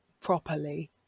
properly